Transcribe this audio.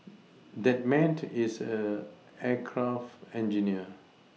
that man is an aircraft engineer